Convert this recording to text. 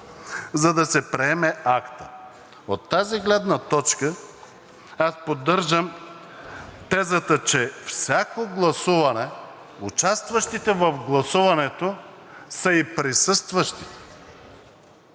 за да се приеме актът. От тази гледна точка аз поддържам тезата, че при всяко гласуване участващите в гласуването са и присъстващите.